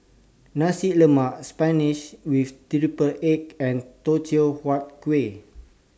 Nasi Lemak Spinach with Triple Egg and Teochew Huat Kuih